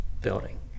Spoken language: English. building